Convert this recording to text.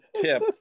tip